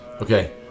Okay